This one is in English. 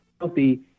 healthy